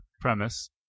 premise